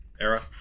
era